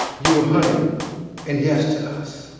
you were honey and yes to us.